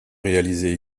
réaliser